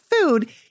food